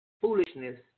foolishness